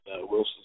Wilson